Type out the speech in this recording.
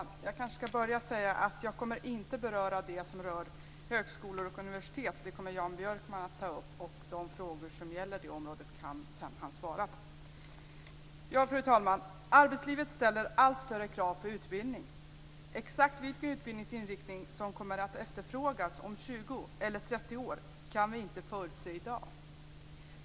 Fru talman! Jag ska börja med att säga att jag inte kommer att beröra högskolor och universitet. Det kommer Jan Björkman att ta upp, och de frågor som gäller det området kan han svara på. Fru talman! Arbetslivet ställer allt större krav på utbildning. Exakt vilka utbildningsinriktningar som kommer att efterfrågas om 20 eller 30 år kan vi inte förutse i dag.